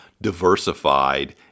diversified